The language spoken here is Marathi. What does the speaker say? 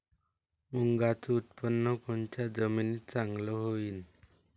मुंगाचं उत्पादन कोनच्या जमीनीत चांगलं होईन?